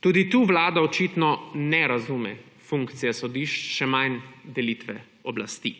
Tudi tu vlada očitno ne razume funkcije sodišč, še manj delitve oblasti.